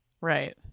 Right